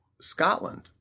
Scotland